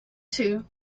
two